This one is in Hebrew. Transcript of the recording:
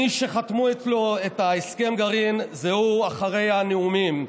מי שחתמו אצלו על הסכם הגרעין, זה אחרי הנאומים.